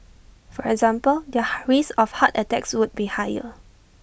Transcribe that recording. for example their risk of heart attacks would be higher